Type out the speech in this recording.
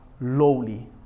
lowly